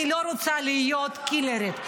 אני לא רוצה להיות קילרית,